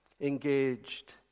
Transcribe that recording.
engaged